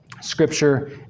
scripture